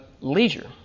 Leisure